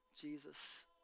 Jesus